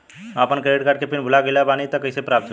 हम आपन credit card के पिन भुला गइल बानी त कइसे प्राप्त होई?